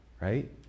Right